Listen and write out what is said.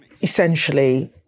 essentially